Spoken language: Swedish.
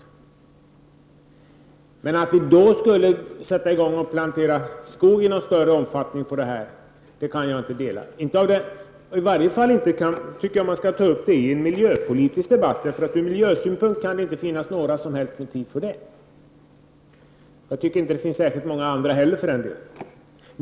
Jag kan däremot inte dela uppfattningen att vi då skulle sätta i gång och plantera skog i större omfattning. Den frågan skall i varje fall inte tas upp i en miljöpolitisk debatt, då det inte finns några som helst motiv, från miljösynpunkt eller från andra synpunkter, att göra det.